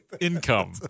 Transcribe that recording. income